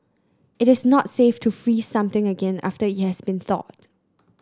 it is not safe to freeze something again after it has been thawed